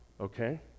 Okay